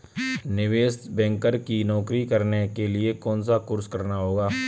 निवेश बैंकर की नौकरी करने के लिए कौनसा कोर्स करना होगा?